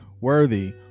worthy